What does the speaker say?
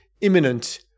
imminent